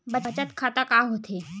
बचत खाता का होथे?